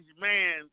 man